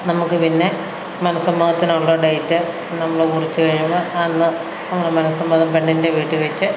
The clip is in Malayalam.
നമ്മള്ക്ക് പിന്നെ മനസ്സമ്മതത്തിനുള്ള ഡേറ്റ് നമ്മള് കുറിച്ച് കഴിയുമ്പോള് അന്ന് നമ്മള് മനസ്സമ്മതം പെണ്ണിൻ്റെ വീട്ടിവച്ച്